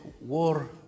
war